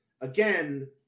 Again